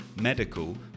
medical